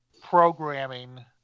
programming